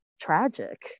tragic